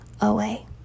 away